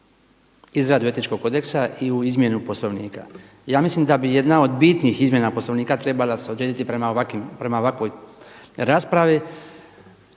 izradu Etičkog kodeksa i u izmjenu Poslovnika. Ja mislim da bi jedna od bitnih izmjena Poslovnika se trebala odrediti prema ovakvoj raspravi